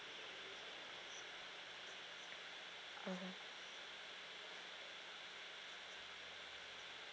mmhmm